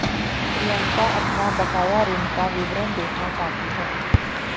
प्रियंका अपना बकाया ऋण का विवरण देखना चाहती है